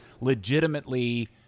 legitimately